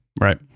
Right